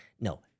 No